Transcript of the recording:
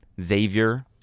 Xavier